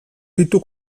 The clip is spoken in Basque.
ditu